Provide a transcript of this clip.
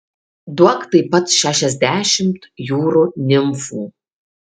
duok taip pat šešiasdešimt jūrų nimfų